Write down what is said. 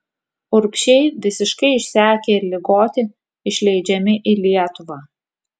urbšiai visiškai išsekę ir ligoti išleidžiami į lietuvą